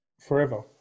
Forever